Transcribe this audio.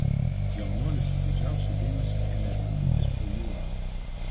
jaunuolis su didžiausiu dėmesiu ėmė žvalgytis po jūrą